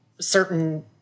certain